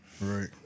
Right